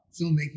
filmmaking